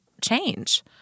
change